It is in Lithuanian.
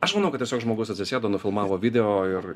aš manau kad tiesiog žmogus atsisėdo nufilmavo video ir